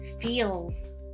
feels